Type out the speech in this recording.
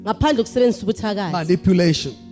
manipulation